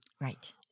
right